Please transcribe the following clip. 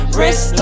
Wrist